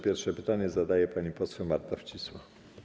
Pierwsze pytanie zadaje pani poseł Marta Wcisło.